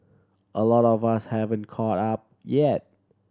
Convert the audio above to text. a lot of us haven't caught up yet